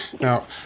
Now